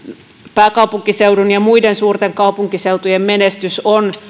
pääkaupunkiseudun ja muiden suurten kaupunkiseutujen menestys on